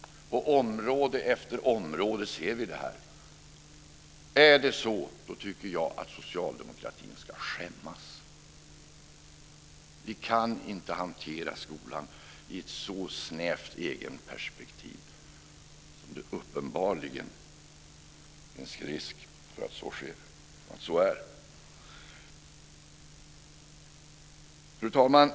På område efter område ser vi detta. Är det så, så tycker jag att socialdemokratin ska skämmas. Vi kan inte hantera skolan i ett så snävt egenperspektiv som det uppenbarligen finns risk att fallet är. Fru talman!